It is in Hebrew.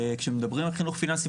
כשמדברים על חינוך פיננסי,